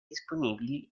disponibili